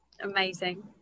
amazing